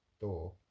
door